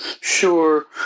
Sure